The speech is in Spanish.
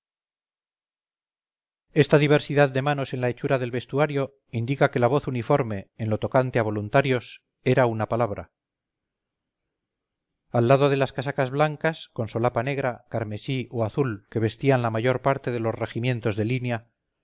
esta diversidad de manos en la hechura del vestuario indica que la voz uniforme en lo tocante a voluntarios era una palabra al lado de las casacas blancas con solapa negra carmesí o azul que vestían la mayor parte de los regimientos de línea